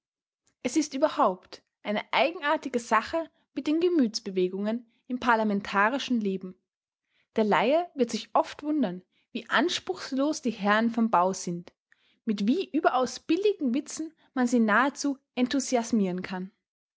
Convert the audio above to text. es ist überhaupt eine eigenartige sache mit den gemütsbewegungen im parlamentarischen leben der laie wird sich oft wundern wie anspruchslos die herren vom bau sind mit wie überaus billigen witzen man sie nahezu enthusiasmieren kann